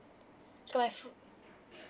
so I've